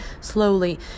slowly